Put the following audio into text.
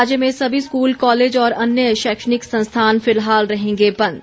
राज्य में सभी स्कूल कॉलेज और अन्य शैक्षणिक संस्थान फिलहाल रहेंगे बंद